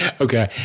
Okay